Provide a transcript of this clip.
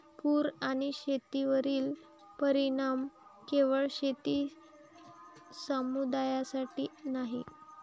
पूर आणि शेतीवरील परिणाम केवळ शेती समुदायासाठीच नाही